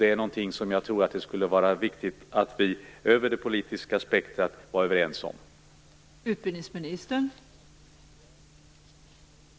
Jag tror att det är viktigt att vi är överens om detta över hela det politiska spektrumet.